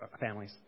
families